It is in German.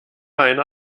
einer